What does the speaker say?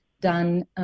done